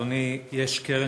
אדוני, יש קרן